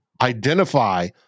identify